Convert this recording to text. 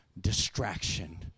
distraction